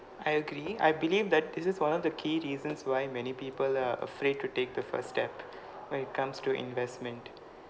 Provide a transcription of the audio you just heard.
I agree I believe that this is one of the key reasons why many people are afraid to take the first step when it comes to investment